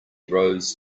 rose